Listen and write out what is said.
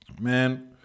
man